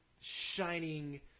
shining